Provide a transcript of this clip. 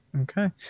okay